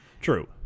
True